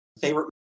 favorite